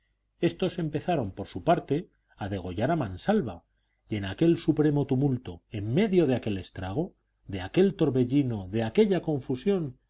éstos empezaron por su parte a degollar a mansalva y en aquel supremo tumulto en medio de aquel estrago de aquel torbellino de aquella confusión